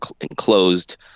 enclosed